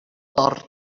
torn